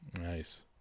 Nice